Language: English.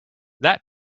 that